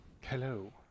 Hello